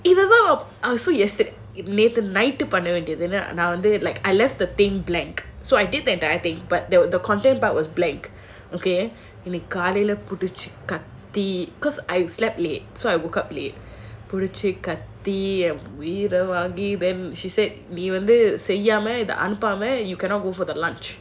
இதுதான்:idhuthaan so yesterday night uh பண்ண வேண்டியது தானே நான் வந்து:panna vendiyathu thaanae naan vandhu like I left the thing blank so I did the entire thing but the content part was blank because I slept late so I woke up late பிடிச்சி கத்தி:pidichi kaththi she said நீ வந்து செய்யாம அனுப்பாம:nee vandhu seyyaama anupaama you cannot go for the lunch